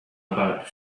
about